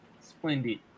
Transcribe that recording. Splendid